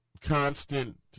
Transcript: constant